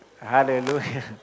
Hallelujah